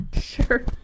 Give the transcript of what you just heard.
Sure